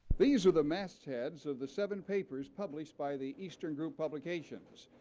these are the mastheads of the seven papers published by the eastern group publications.